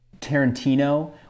Tarantino